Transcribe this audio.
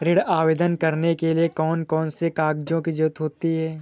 ऋण आवेदन करने के लिए कौन कौन से कागजों की जरूरत होती है?